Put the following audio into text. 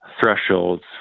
thresholds